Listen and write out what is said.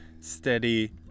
steady